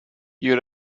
you